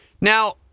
Now